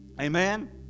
amen